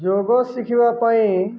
ଯୋଗ ଶିଖିବା ପାଇଁ